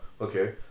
Okay